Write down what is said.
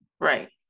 right